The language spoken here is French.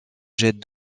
jette